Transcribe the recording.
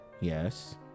Yes